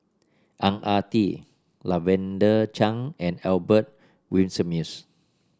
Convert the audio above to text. Ang Ah Tee Lavender Chang and Albert Winsemius